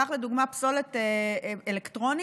קח לדוגמה פסולת אלקטרונית,